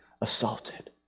assaulted